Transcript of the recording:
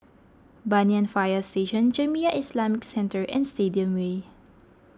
Banyan Fire Station Jamiyah Islamic Centre and Stadium Way